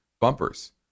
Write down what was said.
bumpers